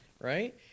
right